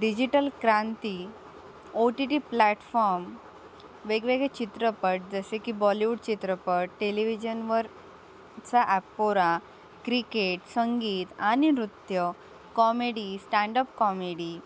digital क्रांती O T T platform वेगवेगळे चित्रपट जसे की बॉलिवूड चित्रपट टेलिव्हीजनवरचा ॲपोरा क्रिकेट संगीत आणि नृत्य कॉमेडी स्टँडअप कॉमेडी